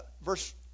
verse